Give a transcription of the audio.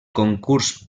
concurs